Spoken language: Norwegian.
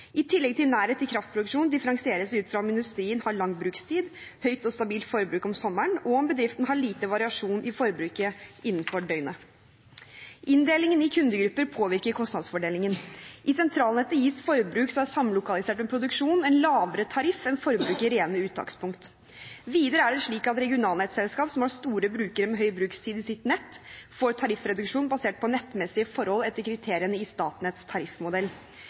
I tillegg til nærhet til kraftproduksjon differensieres det ut fra om industrien har lang brukstid, høyt og stabilt forbruk om sommeren, og om bedriften har lite variasjon i forbruket innenfor døgnet. Inndeling i kundegrupper påvirker kostnadsfordelingen. I sentralnettet gis forbruk som er samlokalisert med produksjon, en lavere tariff enn forbruk i rene uttakspunkt. Videre er det slik at regionalnettselskap som har store brukere med høy brukstid i sitt nett, får tariffreduksjon basert på nettmessige forhold etter kriteriene i Statnetts tariffmodell.